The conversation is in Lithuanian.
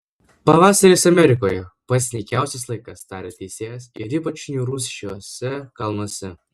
pavasaris amerikoje pats nykiausias laikas tarė teisėjas ir ypač niūrus šiuose kalnuose